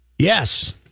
Yes